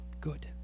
good